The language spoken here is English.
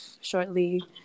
shortly